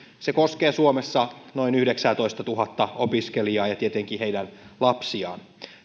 se koskee suomessa noin yhdeksäätoistatuhatta opiskelijaa ja ja tietenkin heidän lapsiaan